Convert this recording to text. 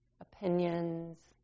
opinions